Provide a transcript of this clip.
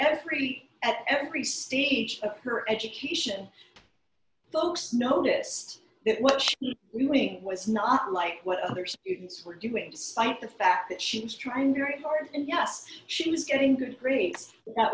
every at every stage of her education folks noticed that what we were being was not like what other students were doing cite the fact that she was trying very hard and yes she was getting good grades that